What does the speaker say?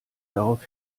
darauf